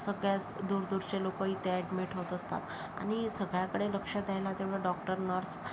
सगळ्याच दूरदूरचे लोकं इथे ॲडमिट होत असतात आणि सगळ्याकडे लक्ष द्यायला तेवढे डॉक्टर नर्स